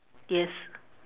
yes